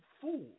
fool